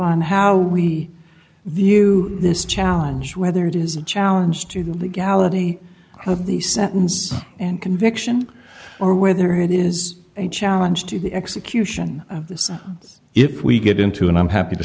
on how we view this challenge whether it is a challenge to the legality of the sentence and conviction or whether it is a challenge to the execution of the sun if we get into and i'm happy to